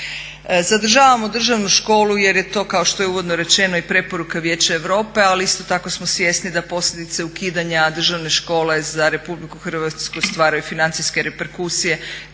Zadržavamo državnu školu jer je to kao što je uvodno rečeno i preporuka Vijeća Europe, ali isto tako smo da posljedice ukidanja Državne škole za RH stvaraju financijske reperkusije,